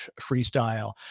freestyle